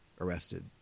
arrested